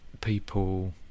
people